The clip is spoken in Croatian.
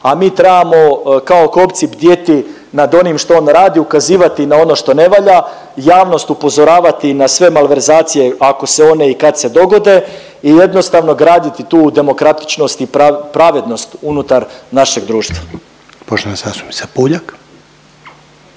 a mi trebamo kao kobci bdjeti nad onim što on radi, ukazivati na ono što ne valja, javnost upozoravati na sve malverzacije ako se one i kad se dogode i jednostavno graditi tu demokratičnost i pravednost unutar našeg društva. **Reiner, Željko